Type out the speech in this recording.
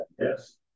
Yes